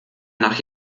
nach